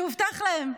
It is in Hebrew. שהובטח להם.